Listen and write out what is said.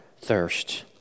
thirst